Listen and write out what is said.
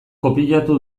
kopiatu